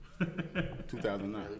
2009